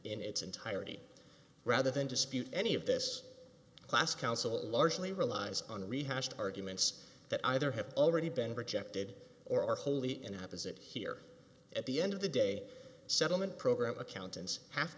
in its entirety rather than dispute any of this class counsel largely relies on rehashed arguments that either have already been rejected or are wholly in apas it here at the end of the day settlement program accountants have